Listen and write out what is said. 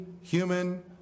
human